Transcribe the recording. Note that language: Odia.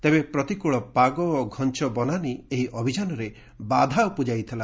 ତେବେ ପ୍ରତିକୃଳ ପାଗ ଓ ଘଞ୍ଚ ବନାନୀ ଏହି ଅଭିଯାନରେ ବାଧା ଉପୁଜାଇଥିଲା